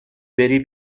بری